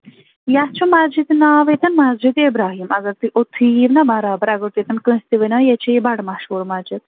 یتھ چھُ مسجِد ناو یَتٮ۪ن مسجِدِ اِبراہیٖم اگر تُہۍ اوٚتتھٕے یِیِو نا برابر اگر تُہۍ اَتٮ۪ن کٲنٛسہِ تہِ ؤنٮ۪و نا ییٚتہِ چھُ یہِ بٔڈٕ مشہوٗر مسجِد